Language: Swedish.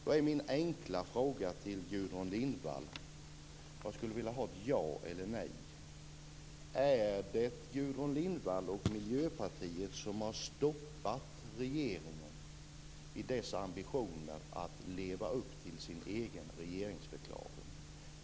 Då är min enkla fråga till Gudrun Lindvall, och jag skulle vilja ha ett ja eller ett nej som svar: Är det Gudrun Lindvall och Miljöpartiet som har stoppat regeringen i dess ambitioner att leva upp till sin egen regeringsförklaring?